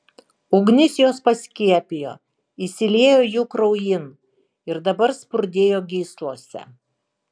ugnis juos paskiepijo įsiliejo jų kraujin ir dabar spurdėjo gyslose